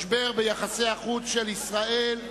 חבר הכנסת חנין?